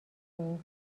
این